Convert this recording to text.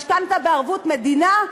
משכנתה בערבות מדינה,